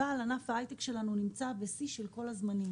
אבל ענף ההייטק שלנו נמצא בשיא של כל הזמנים